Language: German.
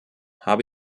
habe